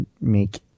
make